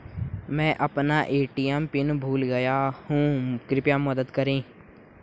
मैं अपना ATM PIN भूल गया हूँ कृपया मदद करें